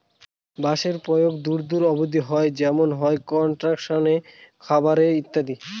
বাঁশের প্রয়োগ দূর দূর অব্দি হয় যেমন হয় কনস্ট্রাকশনে, খাবারে ইত্যাদি